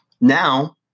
now